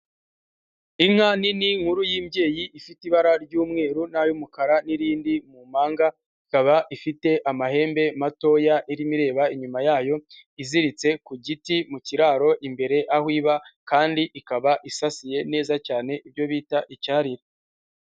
Inka nini nkuru y'imbyeyi ifite ibara ry'umweru n'ay'umukara n'irindi mu mpanga, ikaba ifite amahembe matoya irimo ireba inyuma yayo, iziritse ku giti mu kiraro imbere aho iba, kandi ikaba isasiye neza cyane ibyo bita icyarire.